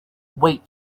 wait